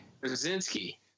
Krasinski